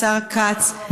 השר כץ.